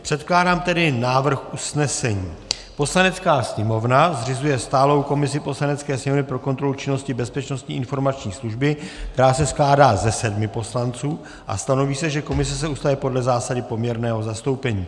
Předkládám tedy návrh usnesení: Poslanecká sněmovna zřizuje stálou komisi Poslanecké sněmovny pro kontrolu činnosti Bezpečnostní informační služby, která se skládá ze sedmi poslanců, a stanoví se, že komise se ustavuje podle zásady poměrného zastoupení.